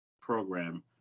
program